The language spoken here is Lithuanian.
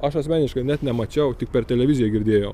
aš asmeniškai net nemačiau tik per televiziją girdėjau